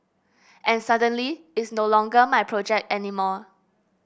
and suddenly it's no longer my project anymore